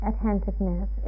Attentiveness